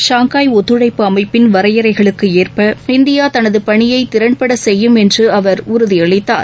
Shanghai ஒத்துழைப்பு அமைப்பின் வரையறைகளுக்கு ஏற்ப இந்தியா தனது பணியை திறன்பட செய்யும் என்று அவர் உறுதியளித்தார்